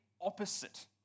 opposite